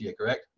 correct